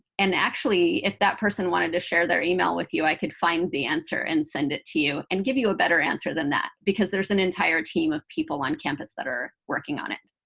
and actually, if that person wanted to share their email with you, i could find the answer and send it to you and give you a better answer than that, because there's an entire team of people on campus that are working on it.